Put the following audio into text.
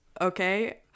okay